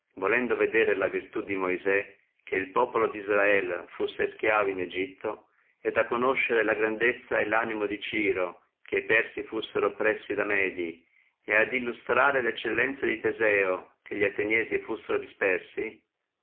volendo vedere la virtù di moisè che il populo disdrael fussi stiavo in egitto et a conoscere la grandezza dello animo di ciro che persi fussino oppressati da medi e la eccellenzia di teseo che li ateniensi fussino dispersi